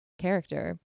character